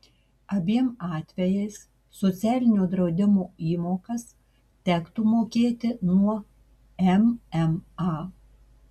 abiem atvejais socialinio draudimo įmokas tektų mokėti nuo mma